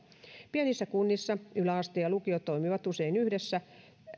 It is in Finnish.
pienissä kunnissa yläaste ja lukio toimivat usein yhdessä